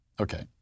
Okay